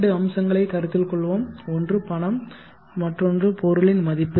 இரண்டு அம்சங்களைக் கருத்தில் கொள்வோம் ஒன்று பணம் மற்றொன்று பொருளின் மதிப்பு